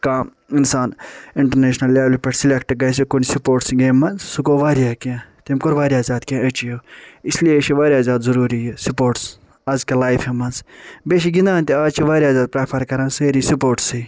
کانٛہہ اِنسان انٹرنیشنل لیولہِ پٮ۪ٹھ سِلیٚکٹہِ گژھہِ کُنہِ سپورٹسہٕ گیمہِ منٛز سُہ گوٚو واریاہ کیٚنٛہہ تٔمۍ کوٚر واریاہ زیادٕ کیٚنٛہہ اچیٖو اس لیے چھُ واریاہ زیادٕ ضروٗری یہِ سپورٹٕس آز کہِ لایفہِ منٛز بییٚہِ چھِ گِندان تہِ آز چھِ واریاہ زیادٕ پرٛیٚفر کران سٲری سپورٹسٕے